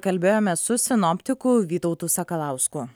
kalbėjomės su sinoptiku vytautu sakalausku